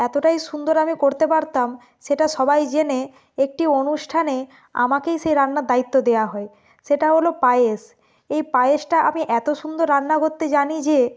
এতটাই সুন্দর আমি করতে পারতাম সেটা সবাই জেনে একটি অনুষ্ঠানে আমাকেই সেই রান্নার দায়িত্ব দেওয়া হয় সেটা হলো পায়েস এই পায়েসটা আমি এত সুন্দর রান্না করতে জানি যে